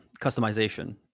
customization